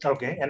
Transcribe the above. Okay